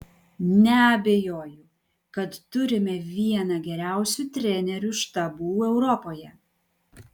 neabejoju kad turime vieną geriausių trenerių štabų europoje